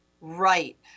Right